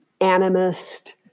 animist